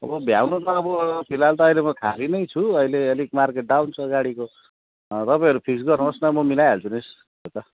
अब भ्याउनु त अब फिलहाल त अहिले म खाली नै छु अहिले अलिक मार्केट डाउन छ गाडीको तपाईँहरू फिक्स गर्नुहोस् न म मिलाइहाल्छु नि त्यो त